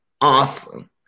Awesome